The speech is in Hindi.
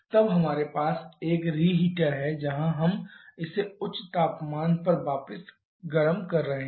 तब हमारे पास एक रीहीटर है जहां हम इसे उच्च तापमान पर वापस गर्म कर रहे हैं